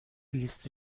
لیست